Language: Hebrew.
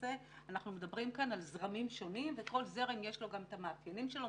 למעשה אנחנו מדברים כאן על זרמים שונים ולכול זרם יש את המאפיינים שלו.